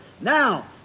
Now